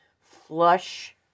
flush